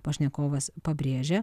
pašnekovas pabrėžia